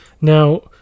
Now